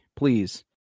Please